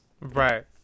Right